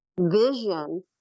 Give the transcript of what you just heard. vision